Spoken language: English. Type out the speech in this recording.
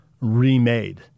remade